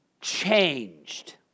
changed